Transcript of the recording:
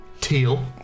teal